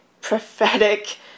prophetic